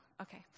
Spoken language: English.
okay